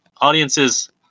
audiences